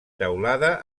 teulada